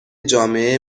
جامعه